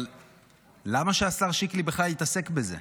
אבל למה בכלל שהשר שיקלי יתעסק בזה?